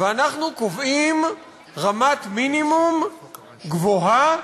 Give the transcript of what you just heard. ואנחנו קובעים רמת מינימום גבוהה,